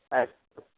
अस्तु